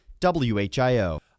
WHIO